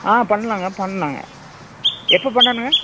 ஆ பண்ணலாங்க பண்ணலாங்க எப்போ பண்ணணுங்க